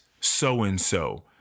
so-and-so